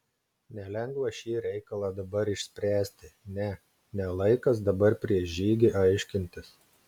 nelengva šį reikalą dabar išspręsti ne ne laikas dabar prieš žygį aiškintis